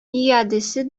iadesi